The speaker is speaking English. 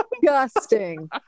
Disgusting